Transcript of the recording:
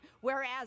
Whereas